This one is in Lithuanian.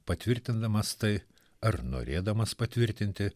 patvirtindamas tai ar norėdamas patvirtinti